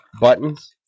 buttons